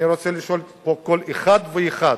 אני רוצה לשאול פה כל אחד ואחד,